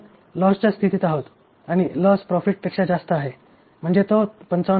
आपण लॉस च्या स्थितीत आहोत आणि लॉस प्रॉफिट पेक्षा जास्त आहे आणि तो म्हणजे 55